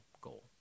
goal